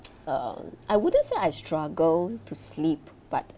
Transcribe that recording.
um I wouldn't say I struggle to sleep but